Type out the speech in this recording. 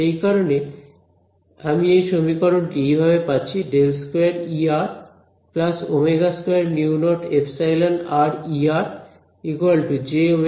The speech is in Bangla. সেই কারণে আমি এই সমীকরণটি এইভাবে পাচ্ছি ∇2 ω2μ0ε jωμ0